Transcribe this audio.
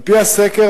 על-פי הסקר,